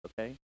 okay